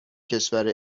کشور